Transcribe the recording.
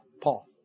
Paul